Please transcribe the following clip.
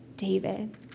David